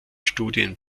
studien